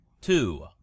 two